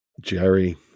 Jerry